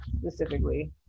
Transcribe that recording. specifically